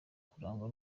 kurangwa